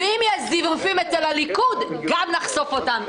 אם יש זיופים בליכוד, גם נחשוף אותם.